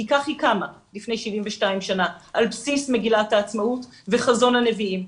כי כך היא קמה לפני 72 שנה על בסיס מגילת העצמאות וחזון הנביאים.